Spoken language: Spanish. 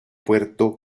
puerto